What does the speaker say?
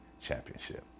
Championship